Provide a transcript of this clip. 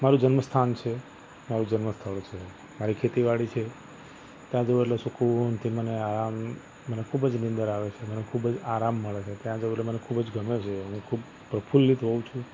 મારું જન્મસ્થાન છે મારું જન્મસ્થળ છે મારી ખેતીવાડી છે ત્યાં જાઉં એટલે સુકૂનથી મને આરામ મને ખૂબ જ નીંદર આવે છે મને ખૂબ જ આરામ મળે છે ત્યાં જઉં એટલે મને ખૂબ જ ગમે હું ખૂબ પ્રફુલ્લિત હોઉં છું